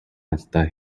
алдаа